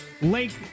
lake